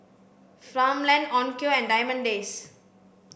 Farmland Onkyo and Diamond Days